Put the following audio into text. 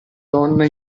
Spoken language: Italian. donna